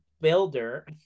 builder